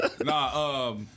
Nah